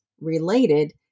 related